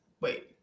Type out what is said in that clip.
wait